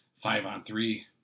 five-on-three